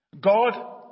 God